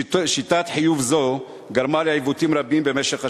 שיטת חיוב זו גרמה לעיוותים רבים במשך השנים.